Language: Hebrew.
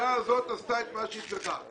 הוועדה הזאת עשתה את מה שהיא צריכה.